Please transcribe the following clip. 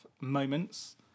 moments